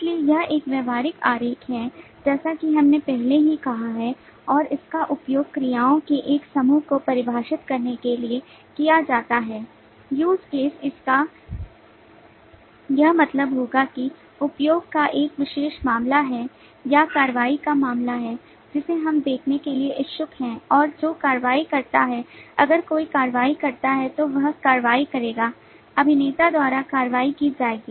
इसलिए यह एक व्यवहारिक आरेख है जैसा कि हमने पहले ही कहा है और इसका उपयोग क्रियाओं के एक समूह को परिभाषित करने के लिए किया जाता है use case इसका का यह मतलब होगा कि उपयोग का एक विशेष मामला है या कार्रवाई का मामला है जिसे हम देखने के लिए इच्छुक हैं और जो कार्रवाई करता है अगर कोई कार्रवाई करता है तो वह कार्रवाई करेगा अभिनेता द्वारा कार्रवाई की जाएगी